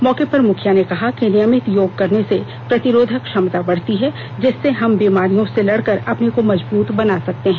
मौके पर मुखिया ने कहा नियमित योग करने से प्रतिरोधक क्षमता बढ़ती है जिससे हम बीमारियों से लड़ कर अपने को मजबूत बना सकते हैं